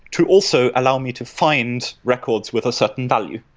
to also allow me to find records with a certain value.